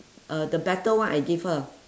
uh the better one I gave her